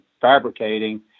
fabricating